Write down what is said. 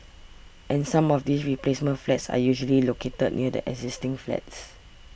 and some of these replacement flats are usually located near the existing flats